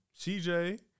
CJ